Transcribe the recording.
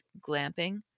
glamping